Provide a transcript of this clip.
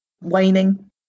Waning